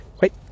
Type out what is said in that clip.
Wait